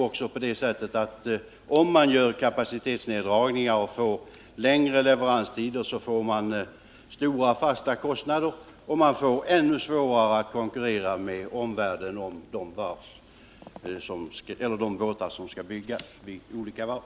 Om man gör kapacitetsneddragningar och får längre leveranstider, då får man också stora fasta kostnader och det blir ännu svårare att konkurrera med omvärlden om de båtar som skall byggas vid olika varv.